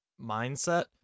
mindset